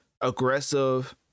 aggressive